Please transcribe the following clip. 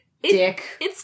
Dick